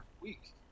week